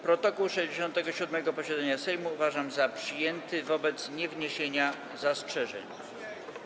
Protokół 67. posiedzenia Sejmu uważam za przyjęty wobec niewniesienia zastrzeżeń.